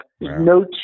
No